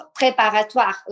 préparatoire